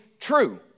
true